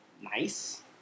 nice